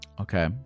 Okay